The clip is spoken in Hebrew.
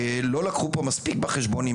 מספיק בחשבון,